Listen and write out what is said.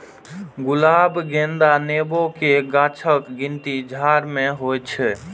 गुलाब, गेंदा, नेबो के गाछक गिनती झाड़ मे होइ छै